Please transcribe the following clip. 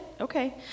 Okay